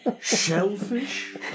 Shellfish